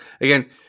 again